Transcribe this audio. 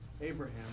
Abraham